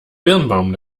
birnbaum